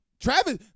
Travis